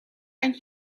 and